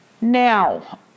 Now